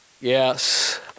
Yes